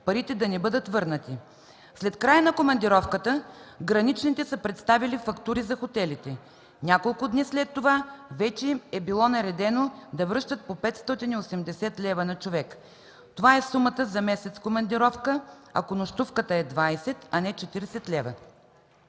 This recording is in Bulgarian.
парите да не бъдат върнати. След края на командировката граничните са представили фактури за хотелите. Няколко дни след това вече им е било наредено да връщат по 580 лв. на човек. Това е сумата за месец командировка, ако нощувката е 20, а не 40 лв.